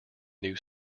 new